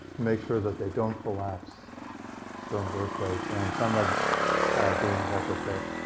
make sure that they don't collapse during earthquakes. and some ah are being retrofit